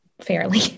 fairly